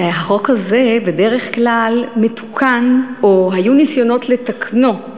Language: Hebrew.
החוק הזה בדרך כלל מתוקן, או היו ניסיונות לתקנו,